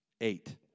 Eight